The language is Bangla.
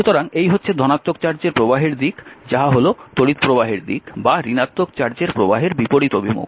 সুতরাং এই হচ্ছে ধনাত্মক চার্জের প্রবাহের দিক যা হল তড়িৎ প্রবাহের দিক বা ঋণাত্মক চার্জের প্রবাহের বিপরীত অভিমুখ